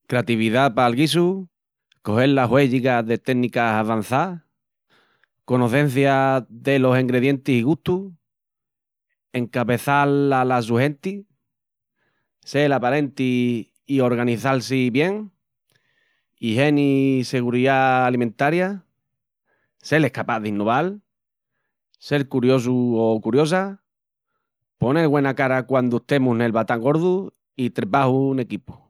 Cratividá pal guisu, cogel la húelliga del ténicas avançás, conocencia delos engredientis i gustus, encabeçal ala su genti, sel aparenti i organiçal-si bien, igieni i seguriá alimentaria, sel escapás d'inoval, sel curiosu o curiosa, ponel güena cara quandu estemus nel batán gordu i trebaju n'equipu.